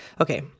Okay